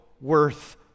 worth